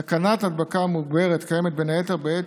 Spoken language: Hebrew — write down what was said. סכנת הדבקה מוגברת קיימת בין היתר בעת